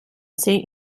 saint